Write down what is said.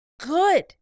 good